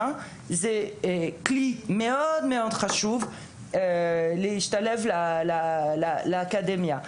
זה כלי מאוד חשוב על מנת להשתלב באקדמיה,